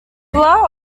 below